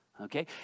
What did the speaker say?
Okay